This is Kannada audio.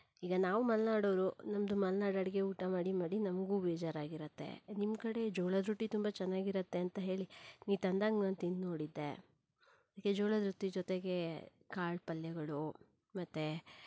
ಈಗ ನಾವು ಮಲೆನಾಡವರು ನಮ್ಮದು ಮಲೆನಾಡು ಅಡಿಗೆ ಊಟ ಮಾಡಿ ಮಾಡಿ ನಮಗೂ ಬೇಜಾರಾಗಿರತ್ತೆ ನಿಮ್ಮ ಕಡೆ ಜೋಳದ ರೊಟ್ಟಿ ತುಂಬ ಚೆನ್ನಾಗಿರತ್ತೆ ಅಂತ ಹೇಳಿ ನೀನು ತಂದಾಗ ನಾನು ತಿಂದು ನೋಡಿದ್ದೆ ಜೋಳದ ರೊಟ್ಟಿ ಜೊತೆಗೆ ಕಾಳು ಪಲ್ಯಗಳು ಮತ್ತು